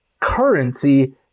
currency